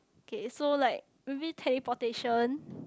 okay so like maybe teleportation